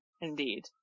indeed